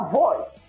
voice